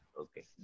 okay